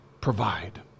provide